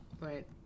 right